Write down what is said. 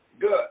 Good